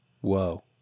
Whoa